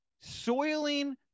soiling